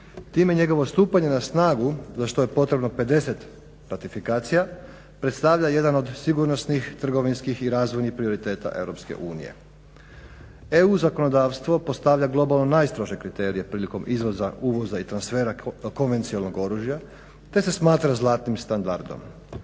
Time njegovo stupanje na snagu za što je potrebno 50 ratifikacija predstavlja jedan od sigurnosnih, trgovinskih i razvojnih prioriteta EU. EU zakonodavstvo postavlja globalno najstrože kriterije prilikom izvoza, uvoza i transfera konvencionalnog oružja, te se smatra zlatnim standardom.